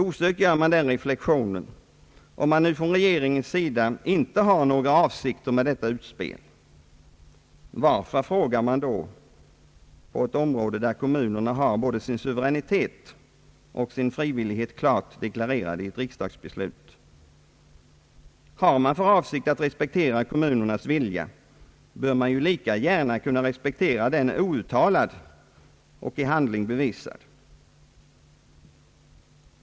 Osökt gör man den reflexionen, att om regeringen inte har några avsikter med detta utspel, varför frågar man då? Det gäller ett område där kommunerna har både sin suveränitet och sin frivillighet klart deklarerade i ett riksdagsbeslut. Har regeringen för avsikt att respektera kommunernas vilja, bör man ju lika gärna kunna respektera den outtalad men i handling bevisad.